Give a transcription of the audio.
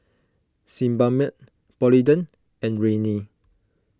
Sebamed Polident and Rene